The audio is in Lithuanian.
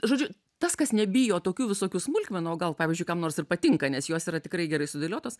žodžiu tas kas nebijo tokių visokių smulkmenų o gal pavyzdžiui kam nors ir patinka nes jos yra tikrai gerai sudėliotos